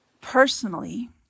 personally